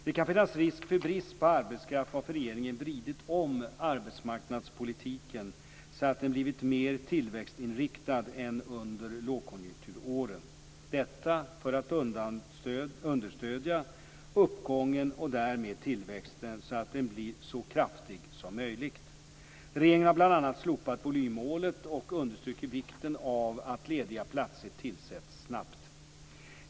Det kan finnas risk för brist på arbetskraft, varför regeringen vridit om arbetsmarknadspolitiken så att den blivit mer tillväxtinriktad än under lågkonjunkturåren - detta för att understödja uppgången, och därmed tillväxten, så att den blir så kraftig som möjligt. Regeringen har bl.a. slopat volymmålet och understrukit vikten av att lediga platser tillsätts snabbt.